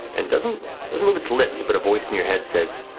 and doesn't move its lips, but a voice in your head says,